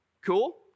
Cool